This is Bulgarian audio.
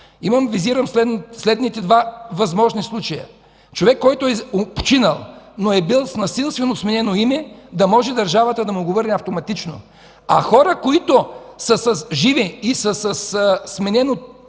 фронт, визирам следните два възможни случая. Човек, който е починал, но е бил с насилствено сменено име, държавата да може да му го върне автоматично. А хора, които са живи и са със сменено